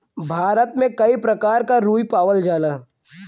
भारत में कई परकार क रुई पावल जाला